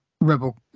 Rebel